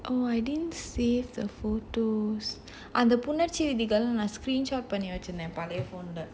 oh I didn't save the photos அந்த புணர்ச்சி விதிகள் நான்:andha punarchi vidhigal naan screenshot பண்ணி வச்சிருந்தேன் பழய:panni vachirunthaen pazhaya phone leh